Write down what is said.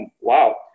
wow